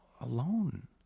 alone